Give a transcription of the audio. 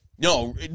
No